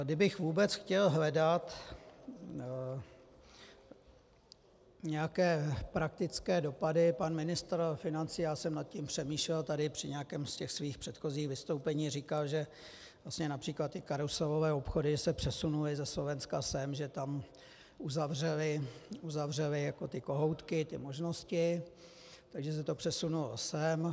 Kdybych vůbec chtěl hledat nějaké praktické dopady pan ministr financí, já jsem nad tím přemýšlel, tady při nějakém ze svých předchozích vystoupení říkal, že například ty karuselové obchody se přesunuly ze Slovenska sem, že tam uzavřeli ty kohoutky, ty možnosti, takže se to přesunulo sem.